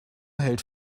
hält